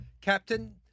Captain